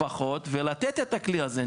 פחות ולתת את הכלי הזה.